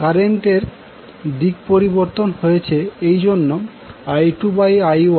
current এর দিক পরিবর্তন হয়েছে এই জন্য I2I1 N1N2